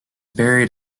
buried